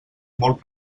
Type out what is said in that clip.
molt